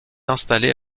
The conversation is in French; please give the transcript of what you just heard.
installées